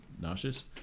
nauseous